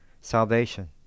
salvation